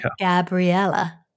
Gabriella